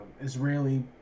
Israeli